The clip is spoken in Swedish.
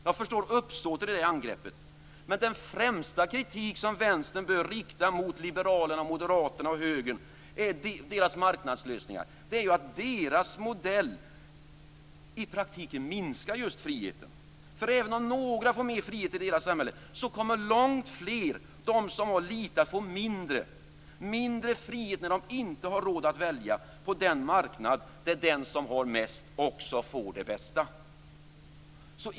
Jag förstår uppsåtet i det angreppet. Men den främsta kritik som vänstern bör rikta mot liberalerna, moderaterna och högern gäller deras marknadslösningar. Deras modell minskar i praktiken just friheten. Även om några får mer frihet i deras samhälle kommer långt fler, de som har lite, att få mindre frihet när de inte har råd att välja på den marknad där den som har mest också får det bästa.